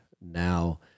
now